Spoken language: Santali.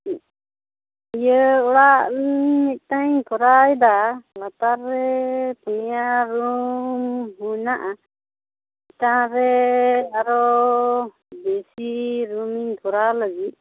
ᱤᱭᱟᱹ ᱚᱲᱟᱜ ᱢᱤᱫᱴᱟᱝᱼᱤᱧ ᱠᱚᱨᱟᱣ ᱮᱫᱟ ᱞᱟᱛᱟᱨ ᱨᱮ ᱯᱩᱱᱭᱟᱹ ᱨᱩᱢ ᱦᱮᱱᱟᱜᱼᱟ ᱪᱮᱛᱟᱱᱨᱮ ᱟᱨᱚ ᱵᱮᱥᱤ ᱨᱩᱢ ᱤᱧ ᱠᱚᱨᱟᱣ ᱞᱟᱹᱜᱤᱫ